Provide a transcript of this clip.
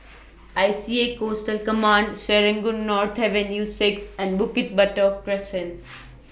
I C A Coastal Command Serangoon North Avenue six and Bukit Batok Crescent